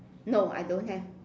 no I don't have